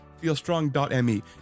feelstrong.me